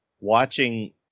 watching